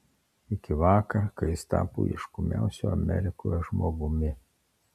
iki vakar kai jis tapo ieškomiausiu amerikoje žmogumi